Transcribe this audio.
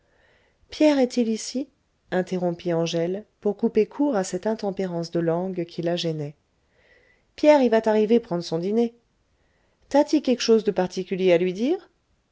pierre est-il ici interrompit angèle pour couper court à cette intempérance de langue qui la gênait pierre y va t arriver prendre son dîner tas t y quèque chose de particulier à lui dire